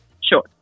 Sure